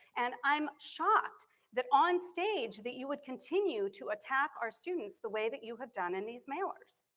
and i'm shocked that onstage, that you would continue to attack our students the way that you have done in these mailers.